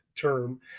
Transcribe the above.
term